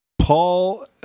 Paul